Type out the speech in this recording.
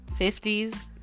50s